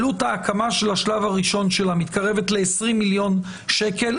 עלות ההקמה של השלב הראשון שלה מתקרבת ל-20 מיליון שקל,